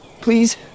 Please